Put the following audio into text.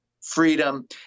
freedom